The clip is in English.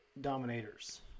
Dominators